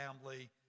family